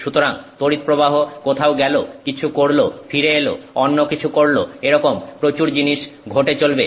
সুতরাং তড়িৎপ্রবাহ কোথাও গেল কিছু করল ফিরে এলো অন্য কিছু করল এরকম প্রচুর জিনিস ঘটে চলবে